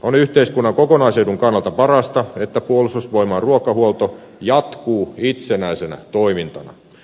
on yhteiskunnan kokonaisedun kannalta parasta että puolustusvoimien ruokahuolto jatkuu itsenäisenä toimintana